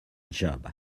job